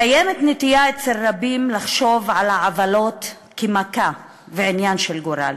קיימת נטייה אצל רבים לחשוב על העוולות כמכה ועניין של גורל.